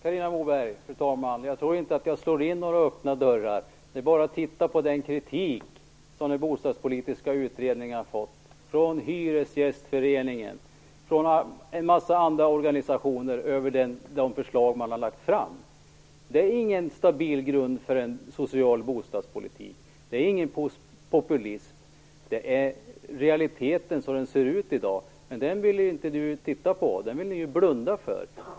Fru talman! Jag tror inte att jag slår in några öppna dörrar. Det är bara att lyssna på den kritik som den bostadspolitiska utredningen har fått över de förslag som man har lagt fram, från Hyresgästernas riksförbund och från en mängd andra organisationer. Det är ju ingen stabil grund för en social bostadspolitik. Det är inte fråga om någon populism, utan det är så verkligheten ser ut i dag. Men den vill ni ju blunda för.